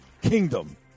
Kingdom